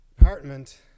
apartment